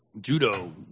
Judo